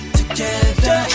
together